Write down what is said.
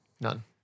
None